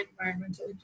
environmental